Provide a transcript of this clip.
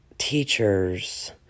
Teachers